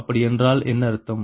அப்படி என்றால் என்ன அர்த்தம்